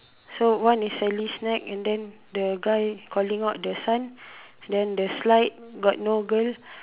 so one is sally's snack and then the guy calling out the son then the slide got no girl